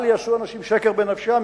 אל יעשו אנשים שקר בנפשם,